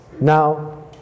now